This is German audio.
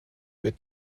wird